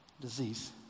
disease